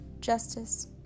Justice